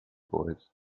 boys